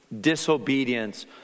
disobedience